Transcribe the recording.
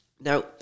Now